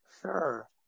Sure